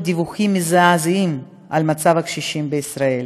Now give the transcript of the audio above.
דיווחים מזעזעים על מצב הקשישים בישראל: